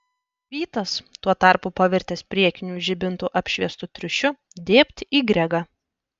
vytas tuo tarpu pavirtęs priekinių žibintų apšviestu triušiu dėbt į gregą